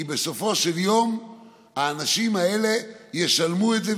כי בסופו של יום האנשים האלה ישלמו את זה,